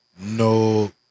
no